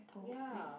ya